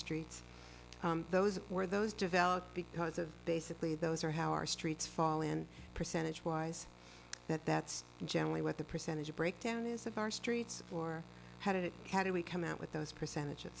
streets those where those developed because of basically those are how our streets fall in percentage wise that that's generally what the percentage of breakdown is of our streets or how did it how do we come out with those percentage